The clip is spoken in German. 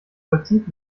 vollzieht